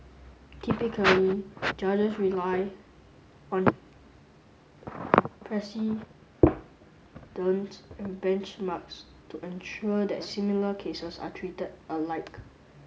typically judges rely on precedent and benchmarks to ensure that similar cases are treated alike